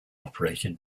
operated